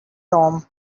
tom